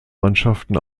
mannschaften